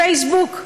פייסבוק,